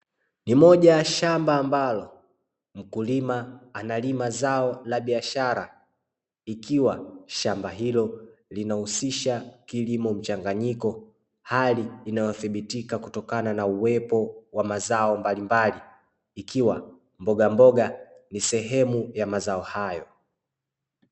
Ni moja ya shamba ambalo mkulima analima zao la biashara, ikiwa shamba hilo linahusisha kilimo mchanganyiko hali inayothibitika kutokana na uwepo wa mazao mbalimbali, ikiwa mbogamboga ni sehemu ya mazao hayo.